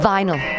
Vinyl